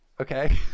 Okay